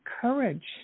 courage